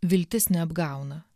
viltis neapgauna